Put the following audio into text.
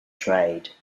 trade